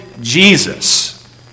Jesus